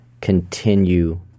continue